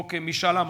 בחוק משאל עם.